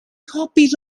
copies